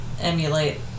emulate